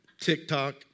TikTok